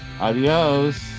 adios